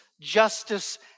justice